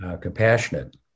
compassionate